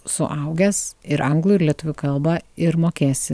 suaugęs ir anglų ir lietuvių kalbą ir mokėsi